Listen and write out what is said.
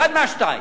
אחת מהשתיים,